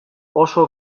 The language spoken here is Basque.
oso